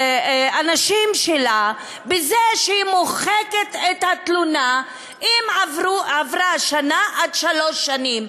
לאנשים שלה בזה שהיא מוחקת את התלונה אם עברו שנה עד שלוש שנים.